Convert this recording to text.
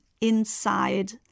inside